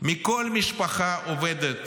מכל משפחה עובדת